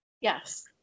yes